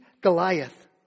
Goliath